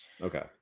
Okay